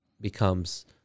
becomes